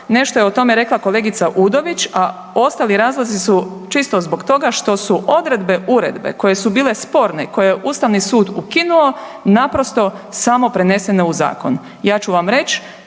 Nešto je o tome rekla kolegica Udović, a ostali razlozi su čisto zbog toga što su odredbe uredbe koje su bile sporne i koje je Ustavni sud ukinuo naprosto samo prenesene u zakon. Ja ću vam reći